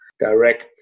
direct